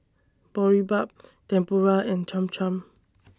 Boribap Tempura and Cham Cham